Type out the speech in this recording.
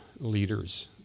leaders